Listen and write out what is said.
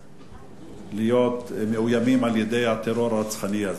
הפכו להיות מאוימים על-ידי הטרור הרצחני הזה.